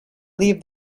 leave